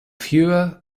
fewer